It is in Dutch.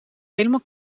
helemaal